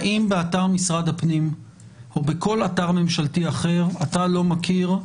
האם באתר משרד הפנים או בכל אתר ממשלתי אחר אתה לא מכיר?